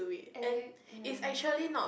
and may ya